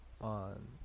on